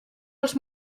els